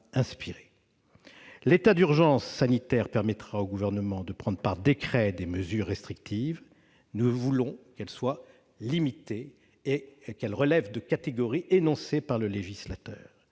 L'état d'urgence sanitaire permettra au Gouvernement de prendre par décrets des mesures restrictives. Nous voulons qu'elles soient limitées et qu'elles relèvent de catégories énoncées par le législateur.